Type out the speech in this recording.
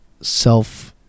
self